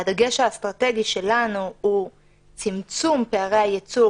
הדגש האסטרטגי שלנו הוא צמצום פערי הייצוג